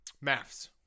Maths